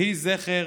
יהי זכר